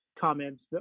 comments